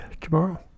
tomorrow